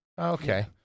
Okay